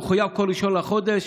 שמחויב בכל 1 בחודש,